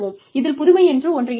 இதில் புதுமை என்ற ஒன்றே இருக்காது